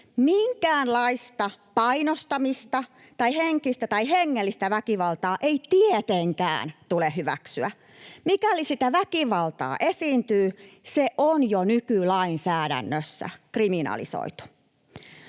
Minkäänlaista painostamista tai henkistä tai hengellistä väkivaltaa ei tietenkään tule hyväksyä. Mikäli sitä väkivaltaa esiintyy, on se jo nykylainsäädännössä kriminalisoitu.